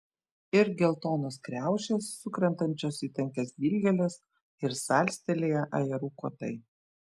ir geltonos kriaušės sukrentančios į tankias dilgėles ir salstelėję ajerų kotai